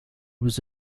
was